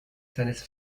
seines